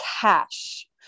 cash